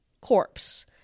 corpse